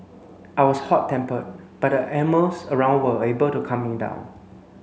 I was hot tempered but the animals around were able to calm me down